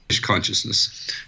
consciousness